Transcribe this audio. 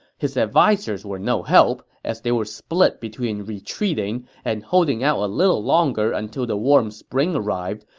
his advisers were no help, as they were split between retreating and holding out a little longer until the warm spring arrived,